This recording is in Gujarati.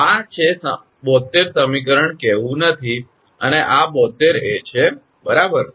આ છે 72 સમીકરણ કહેવું નથી અને આ 72 a છે બરાબર